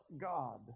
God